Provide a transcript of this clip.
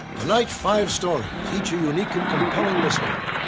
tonight five stories, each a unique and compelling mystery.